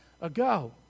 ago